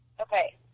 Okay